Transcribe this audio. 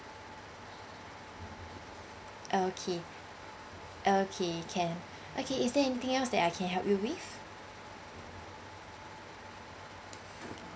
okay okay can okay is there anything else that I can help you with